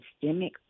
systemic